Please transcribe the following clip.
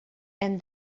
hem